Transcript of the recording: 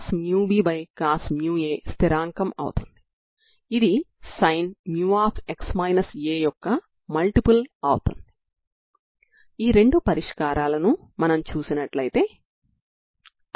సరిహద్దు నియమం X00 ని అప్లై చేస్తే మీకు μc1sin μx μc2cos μx |x00 ని పొందుతారు